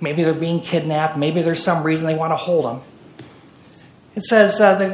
maybe they're being kidnapped maybe there's some reason they want to hold them it says the the